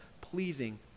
Pleasing